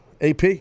AP